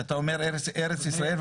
שאתה אומר ארץ ישראל,